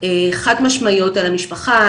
חד משמעיות על המשפחה,